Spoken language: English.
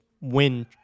win